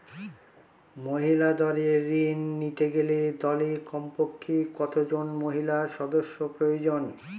মহিলা দলের ঋণ নিতে গেলে দলে কমপক্ষে কত জন মহিলা সদস্য প্রয়োজন?